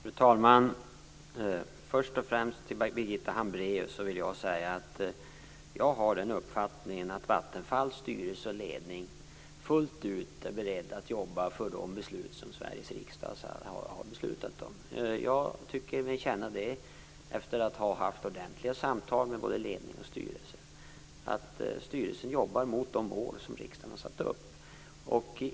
Fru talman! Först och främst vill jag säga till Birgitta Hambraeus att jag har den uppfattningen att Vattenfalls styrelse och ledning fullt ut är beredd att jobba för de beslut som Sveriges riksdag har fattat. Jag tycker mig, efter att ha haft ordentliga samtal med både ledning och styrelse, känna att styrelsen jobbar mot de mål som riksdagen har satt upp.